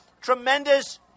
tremendous